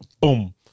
boom